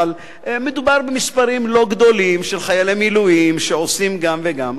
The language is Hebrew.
אבל מדובר במספרים לא גדולים של חיילי מילואים שעושים גם וגם.